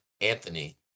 Anthony